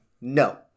No